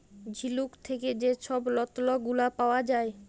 ঝিলুক থ্যাকে যে ছব রত্ল গুলা পাউয়া যায়